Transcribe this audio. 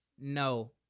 No